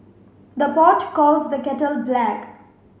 the pot calls the kettle black